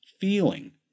feeling